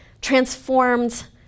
transformed